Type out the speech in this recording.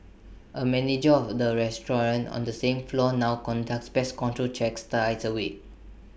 A manager of the restaurant on the same floor now conducts pest control checks twice A week